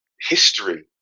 history